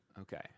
Okay